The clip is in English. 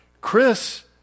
Chris